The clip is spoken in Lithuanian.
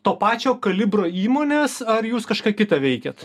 to pačio kalibro įmonės ar jūs kažką kita veikiat